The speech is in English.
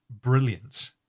brilliant